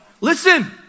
Listen